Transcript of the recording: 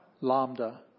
Lambda